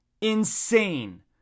insane